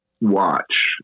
watch